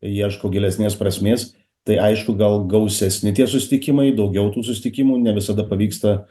ieško gilesnės prasmės tai aišku gal gausesni tie susitikimai daugiau tų susitikimų ne visada pavyksta